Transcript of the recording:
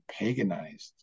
paganized